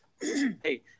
Hey